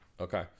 Okay